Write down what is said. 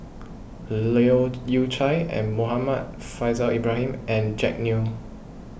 Leu Yew Chye Muhammad Faishal Ibrahim and Jack Neo